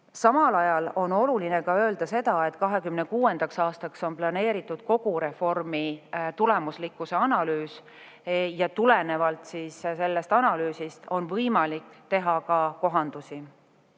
tuua. Samal ajal on oluline öelda ka seda, et 2026. aastaks on planeeritud kogu reformi tulemuslikkuse analüüs. Tulenevalt sellest analüüsist on võimalik teha ka kohandusi.